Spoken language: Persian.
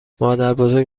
مادربزرگ